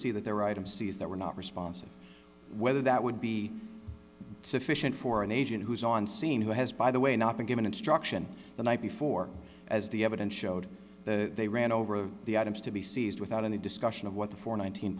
see that there were items seized that were not responsive whether that would be sufficient for an agent who's on scene who has by the way not been given instruction the night before as the evidence showed that they ran over the items to be seized without any discussion of what the four